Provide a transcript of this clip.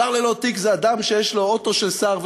שר ללא תיק זה אדם שיש לו אוטו של שר,